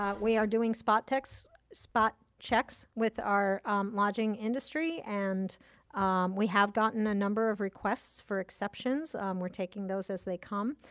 we are doing spot checks spot checks with our lodging industry and we have gotten a number of requests for exceptions. we're taking those as they come.